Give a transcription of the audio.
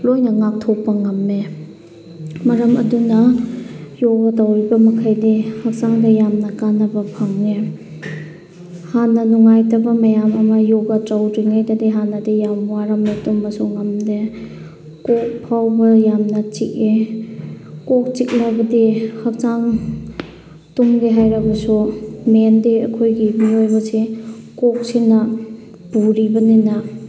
ꯂꯣꯏꯅ ꯉꯥꯛꯊꯣꯛꯄ ꯉꯝꯃꯦ ꯃꯔꯝ ꯑꯗꯨꯅ ꯌꯣꯒꯥ ꯇꯧꯔꯤꯕ ꯃꯈꯩꯗꯤ ꯍꯛꯆꯥꯡꯗ ꯌꯥꯝꯅ ꯀꯥꯅꯕ ꯐꯪꯉꯦ ꯍꯥꯟꯅ ꯅꯨꯡꯉꯥꯏꯇꯕ ꯃꯌꯥꯝ ꯑꯃ ꯌꯣꯒꯥ ꯇꯧꯗ꯭ꯔꯤꯉꯩꯗꯗꯤ ꯍꯥꯟꯅꯗꯤ ꯌꯥꯝ ꯋꯥꯔꯝꯃꯦ ꯇꯨꯝꯕꯁꯨ ꯉꯝꯗꯦ ꯀꯣꯛ ꯐꯥꯎꯕ ꯌꯥꯝꯅ ꯆꯤꯛꯑꯦ ꯀꯣꯛ ꯆꯤꯛꯂꯕꯗꯤ ꯍꯛꯆꯥꯡ ꯇꯨꯝꯒꯦ ꯍꯥꯏꯔꯕꯁꯨ ꯃꯦꯟꯗꯤ ꯑꯩꯈꯣꯏꯒꯤ ꯃꯤꯑꯣꯏꯕꯁꯤ ꯀꯣꯛꯁꯤꯅ ꯄꯨꯔꯤꯕꯅꯤꯅ